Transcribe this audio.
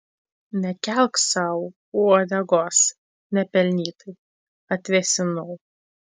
nekelk sau uodegos nepelnytai atvėsinau